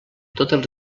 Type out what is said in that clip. totes